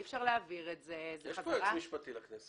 אי אפשר להעביר את זה" --- יש פה יועץ משפטי לכנסת.